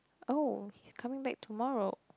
oh he's coming back tomorrow